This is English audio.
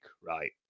right